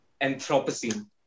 Anthropocene